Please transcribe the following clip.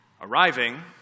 arriving